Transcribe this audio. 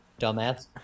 Dumbass